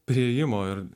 priėjimo ir